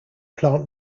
plant